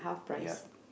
yup